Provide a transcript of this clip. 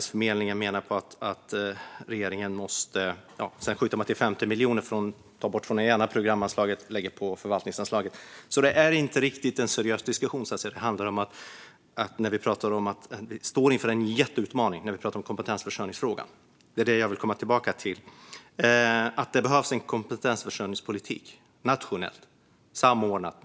Sedan skjuter man till 50 miljoner som man tar från programanslaget och lägger på förvaltningsanslaget. Det blir inte riktigt en seriös diskussion. Vi står inför en jätteutmaning i kompetensförsörjningsfrågan, och det är den jag vill komma tillbaka till. Det behövs en samordnad nationell kompetensförsörjningspolitik, ett nationellt ansvar.